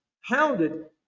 hounded